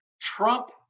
trump